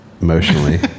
emotionally